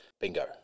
Bingo